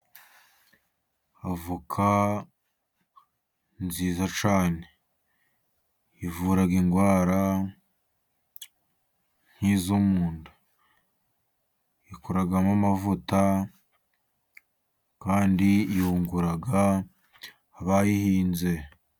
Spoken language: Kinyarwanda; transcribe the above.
Avoka nziza cyane, ivura indwara nk'izo mu nda. Bakoramo amavuta, kandi yunguraga abayihinze.